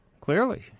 Clearly